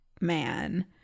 man